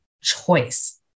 choice